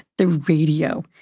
the radio,